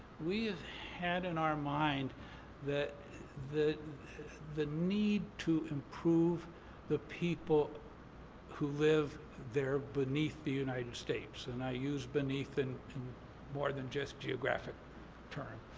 we've had in our mind the the need to improve the people who live there beneath the united states. and i use beneath in more than just geographic term.